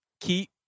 keep